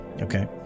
okay